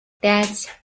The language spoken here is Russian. пять